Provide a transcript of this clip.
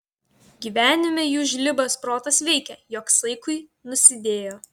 gyvenime jų žlibas protas veikė jog saikui nusidėjo